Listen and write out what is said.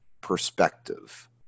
perspective